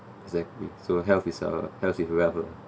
exactly so health is a health is level